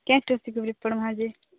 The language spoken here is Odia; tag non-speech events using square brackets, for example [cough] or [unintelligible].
[unintelligible] ରିପୋର୍ଟ ବାହାରିଯାଇଛି